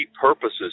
purposes